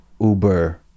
Uber